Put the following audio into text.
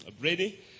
Brady